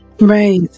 Right